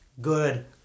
Good